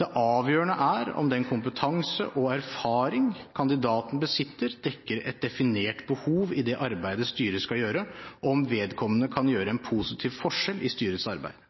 Det avgjørende er om den kompetanse og erfaring kandidaten besitter, dekker et definert behov i det arbeidet styret skal gjøre, og om vedkommende kan gjøre en positiv forskjell i styrets arbeid.